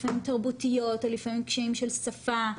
לפעמים תרבותיות ולפעמים קשיים של שפה,